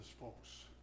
folks